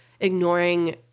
ignoring